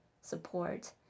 support